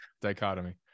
dichotomy